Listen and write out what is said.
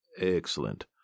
excellent